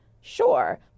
sure